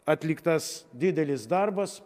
atliktas didelis darbas